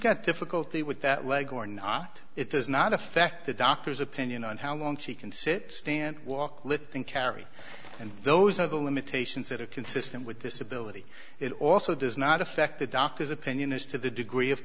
got difficulty with that leg or not it does not affect the doctor's opinion on how long she can sit stand walk lifting carry and those are the limitations that are consistent with disability it also does not affect the doctor's opinion as to the degree of